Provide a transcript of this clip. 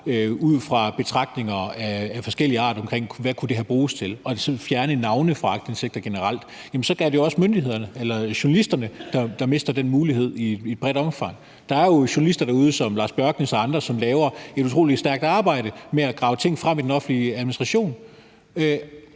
ud fra betragtninger af forskellig art omkring, hvad det her kunne bruges til, og ligesom fjerne navne fra aktindsigter generelt, så er det jo også journalisterne, der mister den mulighed i bredt omfang. Der er jo journalister derude som Lars Bjørknæs og andre, som laver et utrolig stærkt arbejde med at grave ting frem i en offentlig administration,